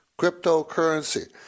Cryptocurrency